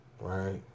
right